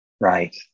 Right